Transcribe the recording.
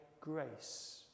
grace